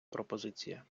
пропозиція